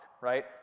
right